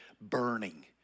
burning